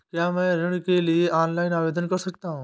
क्या मैं ऋण के लिए ऑनलाइन आवेदन कर सकता हूँ?